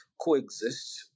coexist